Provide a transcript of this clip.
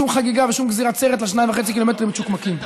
שום חגיגה ושום גזירת סרט ל-2.5 ק"מ מצ'וקמקים.